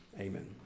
Amen